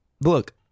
Look